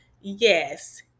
Yes